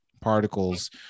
particles